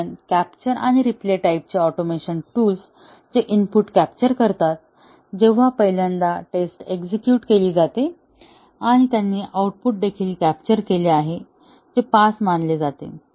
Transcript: कारण कॅप्चर आणि रिप्ले टाईपचे ऑटोमेशन टूल्स जे इनपुट कॅप्चर करतात जेव्हा पहिल्यांदा टेस्ट एक्झेक्युट केली जाते आणि त्यांनी आउटपुट देखील कॅप्चर केले आहे जे पास मानले जाते